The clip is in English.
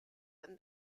than